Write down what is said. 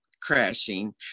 crashing